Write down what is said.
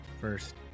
first